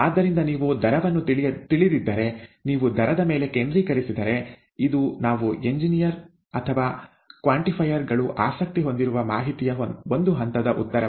ಆದ್ದರಿಂದ ನೀವು ದರವನ್ನು ತಿಳಿದಿದ್ದರೆ ನೀವು ದರದ ಮೇಲೆ ಕೇಂದ್ರೀಕರಿಸಿದರೆ ಇದು ನಾವು ಎಂಜಿನಿಯರ್ ಅಥವಾ ಕ್ವಾಂಟಿಫೈಯರ್ ಗಳು ಆಸಕ್ತಿ ಹೊಂದಿರುವ ಮಾಹಿತಿಯ ಒಂದು ಹಂತದ ಉತ್ತರವಾಗಿದೆ